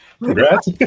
Congrats